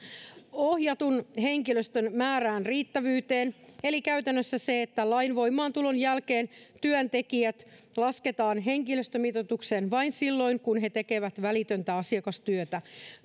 ohjatun henkilöstön määrän riittävyys eli käytännössä se että lain voimaantulon jälkeen työntekijät lasketaan henkilöstömitoitukseen vain silloin kun he tekevät välitöntä asiakastyötä